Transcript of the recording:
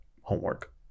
homework